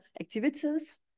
activities